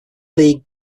league